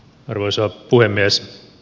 arvoisa puhemies